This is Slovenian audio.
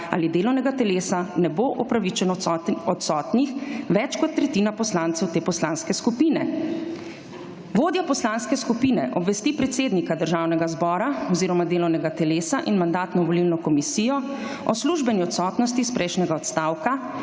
ali delovnega telesa ne bo opravičeno odsotnih več kot tretjina poslancev te poslanske skupine. 5. TRAK: (TB) – 9.20 (nadaljevanje) Vodja poslanske skupine obvesti predsednika Državnega zbora oziroma delovnega telesa in Mandatno-volilno komisijo, o službeni odsotnosti s prejšnjega odstavka,